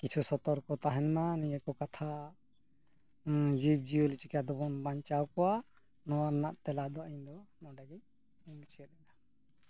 ᱠᱤᱪᱷᱩ ᱥᱚᱛᱚᱨᱠᱚ ᱛᱟᱦᱮᱱᱢᱟ ᱱᱤᱭᱟᱹ ᱠᱚ ᱠᱟᱛᱷᱟ ᱡᱤᱵᱽᱼᱡᱤᱭᱟᱹᱞᱤ ᱪᱤᱠᱟᱹᱛᱮᱵᱚᱱ ᱵᱟᱧᱪᱟᱣ ᱠᱚᱣᱟ ᱱᱚᱣᱟ ᱨᱮᱱᱟᱜ ᱛᱮᱞᱟ ᱫᱚ ᱤᱧ ᱫᱚ ᱱᱚᱰᱮ ᱜᱤᱧ ᱢᱩᱪᱟᱹᱫ ᱠᱮᱫᱟ